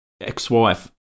ex-wife